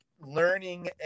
learning